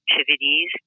activities